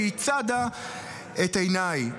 והיא צדה את עיניי.